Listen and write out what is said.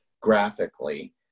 graphically